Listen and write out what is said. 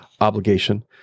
obligation